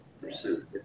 pursuit